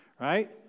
right